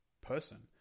person